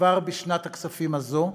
כבר בשנת הכספים הזאת.